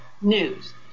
news